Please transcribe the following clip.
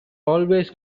always